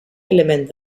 element